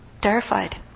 terrified